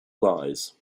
lies